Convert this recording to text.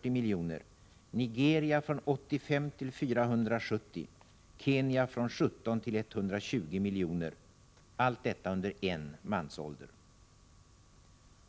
Och allt detta under en mansålder!